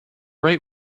right